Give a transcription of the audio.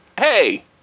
Hey